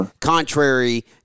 contrary